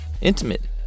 intimate